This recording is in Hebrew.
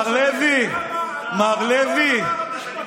ראיתי אנשים קופצים,